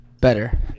Better